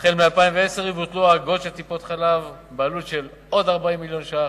החל מ-2010 יבוטלו האגרות של טיפות-חלב בעלות של עוד 40 מיליון ש"ח.